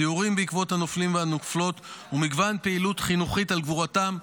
סיורים בעקבות הנופלים והנופלות ומגוון פעילות חינוכית על גבורתם,